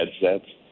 headsets